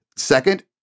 Second